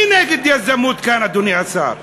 מי נגד יזמות כאן, אדוני השר?